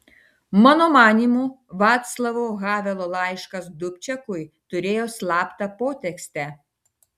mano manymu vaclavo havelo laiškas dubčekui turėjo slaptą potekstę